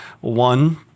One